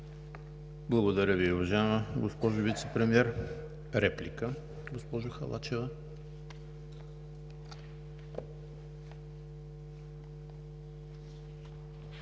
Благодаря Ви, уважаема госпожо Вицепремиер. Реплика, госпожо Халачева?